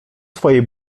swej